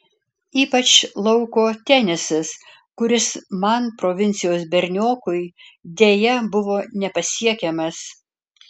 ypač lauko tenisas kuris man provincijos berniokui deja buvo nepasiekiamas